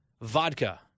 vodka